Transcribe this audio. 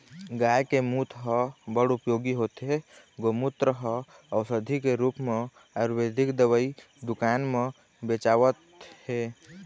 गाय के मूत ह बड़ उपयोगी होथे, गोमूत्र ह अउसधी के रुप म आयुरबेदिक दवई दुकान म बेचावत हे